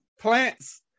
Plants